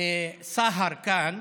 סהר כאן,